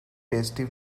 tasty